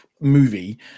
movie